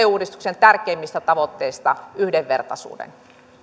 uudistuksen tärkeimmistä tavoitteista yhdenvertaisuuden nyt siirrymme